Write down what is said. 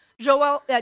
Joel